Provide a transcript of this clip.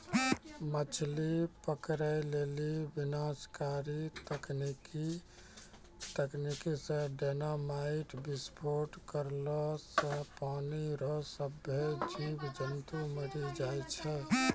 मछली पकड़ै लेली विनाशकारी तकनीकी से डेनामाईट विस्फोट करला से पानी रो सभ्भे जीब जन्तु मरी जाय छै